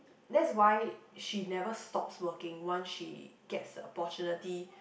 that's why she never stops working once she gets the opportunity